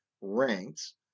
ranks